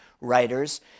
writers